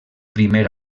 primer